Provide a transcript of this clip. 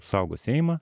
saugo seimą